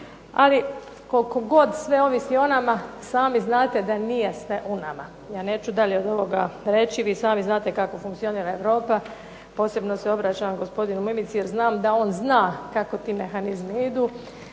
Ali koliko god sve ovisi o nama sami znate da nije sve u nama. Ja neću dalje od ovoga reći. Vi sami znate kako funkcionira Europa. Posebno se obraćam gospodinu Mimici jer znam da on zna kako ti mehanizmi idu